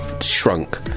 shrunk